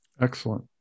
Excellent